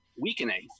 weakening